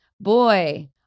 boy